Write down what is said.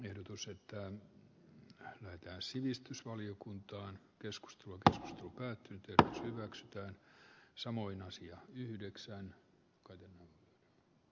ehdotus että hän löytää sivistysvaliokuntaan keskustelu tästä alkoi nyt hyväksytään samoin asia yhdeksän caden v